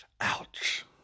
Ouch